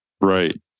Right